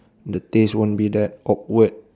the taste won't be that awkward